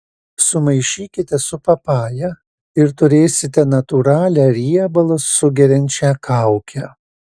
sumaišykite su papaja ir turėsite natūralią riebalus sugeriančią kaukę